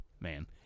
man